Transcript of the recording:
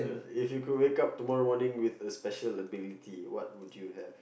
if you could wake up tomorrow morning with a special ability what would you have